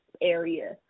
area